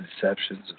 deceptions